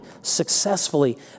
successfully